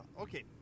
okay